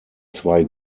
zwei